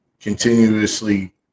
continuously